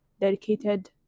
dedicated